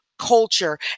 culture